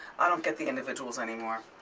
i don't get the individuals anymore,